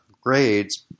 grades